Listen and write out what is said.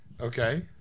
Okay